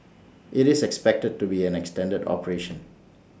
IT is expected to be an extended operation